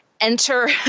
enter